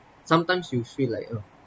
sometimes you feel like ugh